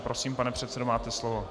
Prosím, pane předsedo, máte slovo.